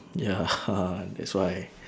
ya that's why